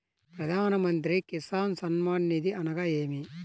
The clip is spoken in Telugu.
ప్రధాన మంత్రి కిసాన్ సన్మాన్ నిధి అనగా ఏమి?